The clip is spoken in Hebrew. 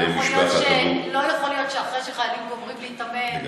לא יכול להיות שאחרי שחיילים גומרים להתאמן,